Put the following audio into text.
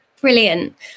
Brilliant